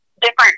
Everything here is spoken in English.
different